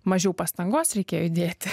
mažiau pastangos reikėjo įdėti